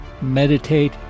meditate